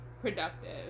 productive